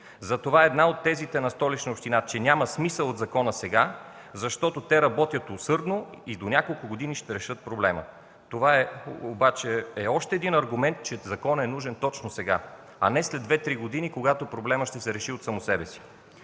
Затова една от тезите на Столична община е, че няма смисъл от закона сега, защото те работят усърдно и до няколко години ще решат проблема. Това обаче е още един аргумент, че законът е нужен точно сега, а не след 2-3 години, когато проблемът ще се реши от само себе си.